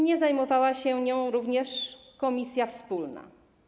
Nie zajmowała się nią również komisja wspólna.